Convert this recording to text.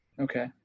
Okay